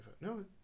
No